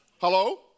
Hello